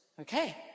Okay